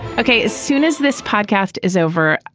ok. as soon as this podcast is over,